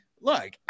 look